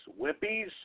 whippies